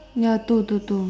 ya two two two